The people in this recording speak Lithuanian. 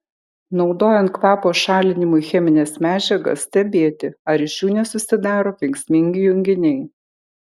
naudojant kvapo šalinimui chemines medžiagas stebėti ar iš jų nesusidaro kenksmingi junginiai